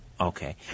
Okay